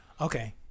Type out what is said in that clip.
okay